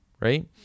right